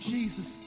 Jesus